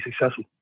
successful